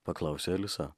paklausė alisa